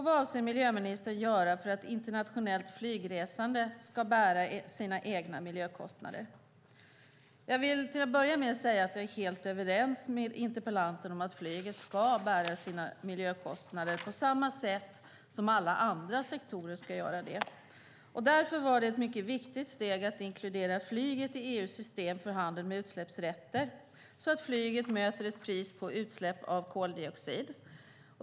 Vad avser miljöministern att göra för att internationellt flygresande ska bära sina egna miljökostnader? Jag vill till att börja med säga att jag är helt överens med interpellanten om att flyget ska bära sina miljökostnader på samma sätt som alla andra sektorer ska göra det. Därför var det ett mycket viktigt steg att inkludera flyget i EU:s system för handel med utsläppsrätter, så att flyget möter ett pris på utsläpp av koldioxid.